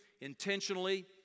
intentionally